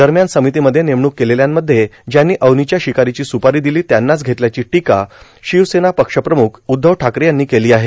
दरम्यान र्सामतीमध्ये नेमणूक केलेल्यामध्ये ज्यांनी अवनीच्या र्शिकारोची सुपारो दिलो त्यांनाच घेतल्याची टोका शिवसेना पक्षप्रमुख उद्वव ठाकरे यांनी केलो आहे